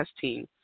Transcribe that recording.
team